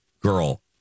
girl